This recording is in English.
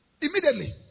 immediately